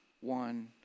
one